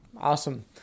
Awesome